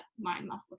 mind-muscle